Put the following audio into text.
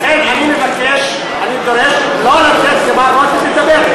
לכן אני מבקש, אני דורש, לא לתת למר רותם לדבר.